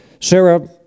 Sarah